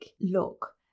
look